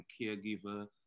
caregiver